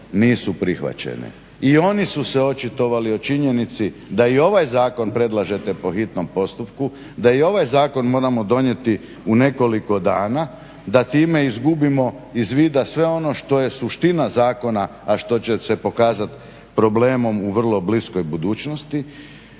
nisu prihvaćene. I oni su se očitovali o činjenici da i ovaj zakon predlažete po hitnom postupku, da i ovaj zakon moramo donijeti u nekoliko dana, da time izgubimo iz vida sve ono što je suština zakona, a što će se pokazati problemom u vrlo bliskoj budućnosti.